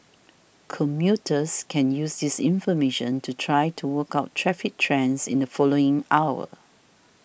commuters can use this information to try to work out traffic trends in the following hour